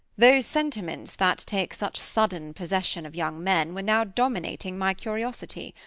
those sentiments that take such sudden possession of young men were now dominating my curiosity.